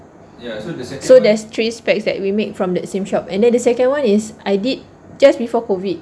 so there's three specs that we make from that same shop and then the second one is I did just before COVID